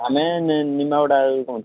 ଆମେ ନଅଟା ବେଳକୁ ପହଞ୍ଚିବୁ